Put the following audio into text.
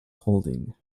holding